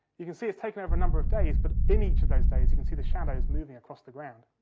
you can see it's taken over a number of days but, in each of those days, you can see the shadows moving across the ground.